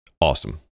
Awesome